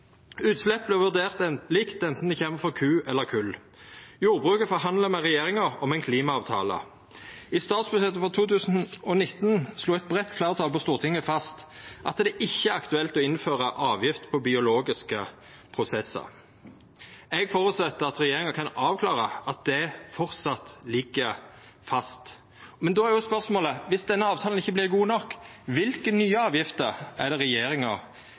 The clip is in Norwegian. Utslepp vert vurderte likt anten det kjem frå ku eller kol. Jordbruket forhandlar med regjeringa om ein klimaavtale. I statsbudsjettet for 2019 slo eit breitt fleirtal på Stortinget fast at det ikkje er aktuelt å innføra avgift på biologiske prosessar. Eg reknar med at regjeringa kan avklara at det framleis ligg fast. Men då er jo spørsmålet: Dersom denne avtalen ikkje vert god nok, kva for nye avgifter er det regjeringa